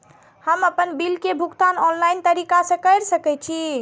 हम आपन बिल के भुगतान ऑनलाइन तरीका से कर सके छी?